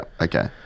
okay